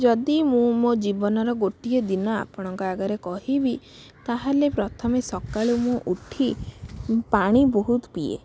ଯଦି ମୁଁ ମୋ ଜିବନର ଗୋଟିଏ ଦିନ ଆପଣଙ୍କ ଆଗରେ କହିବି ତାହେଲେ ପ୍ରଥମେ ସଖାଳୁ ମୁଁ ଉଠି ମୁଁ ପାଣି ବହୁତ ପିଏ